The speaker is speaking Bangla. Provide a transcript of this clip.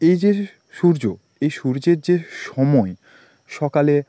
এই যে সূর্য এই সূর্যের যে সময় সকালে